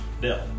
Bill